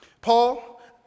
Paul